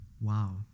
Wow